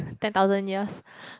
ten thousand years